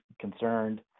concerned